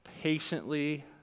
patiently